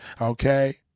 okay